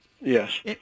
Yes